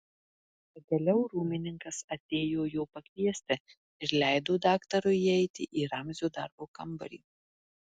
pagaliau rūmininkas atėjo jo pakviesti ir leido daktarui įeiti į ramzio darbo kambarį